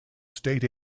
state